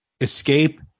Escape